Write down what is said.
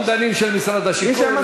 זה האומדנים של משרד השיכון, יש העמסות.